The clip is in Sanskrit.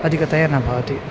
अधिकतया न भवति